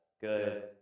good